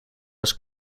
was